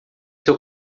seu